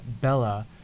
Bella